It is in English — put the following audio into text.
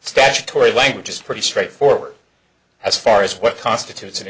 statutory language is pretty straightforward as far as what constitutes an